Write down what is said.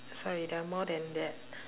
sorry there are more than that